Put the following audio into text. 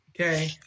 Okay